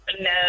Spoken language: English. No